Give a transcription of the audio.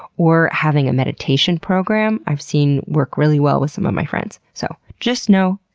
or having a meditation program i have seen work really well with some of my friends. so just know,